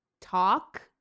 talk